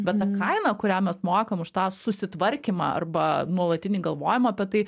bet ta kaina kurią mes mokam už tą susitvarkymą arba nuolatinį galvojimą apie tai